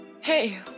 Hey